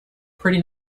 pretty